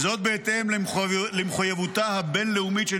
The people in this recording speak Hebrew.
וזאת בהתאם למחויבותה הבין-לאומית של